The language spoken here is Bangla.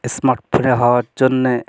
স্মার্ট ফোনে হওয়ার জন্যে